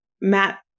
Matt